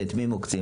ואת מי הם עוקצים?